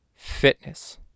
fitness